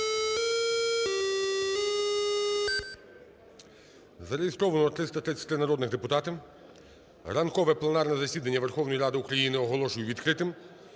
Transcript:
Зареєстровано 333 народних депутати. Ранкове пленарне засідання Верховної Ради України оголошую відкритим.